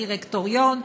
את הדירקטוריון.